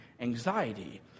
anxiety